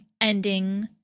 ending